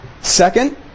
Second